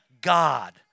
God